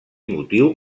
motiu